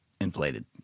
inflated